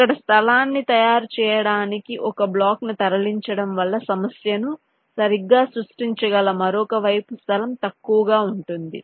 ఇక్కడ స్థలాన్ని తయారు చేయడానికి ఒక బ్లాక్ను తరలించడం వల్ల సమస్యను సరిగ్గా సృష్టించగల మరొక వైపు స్థలం తక్కువగా ఉంటుంది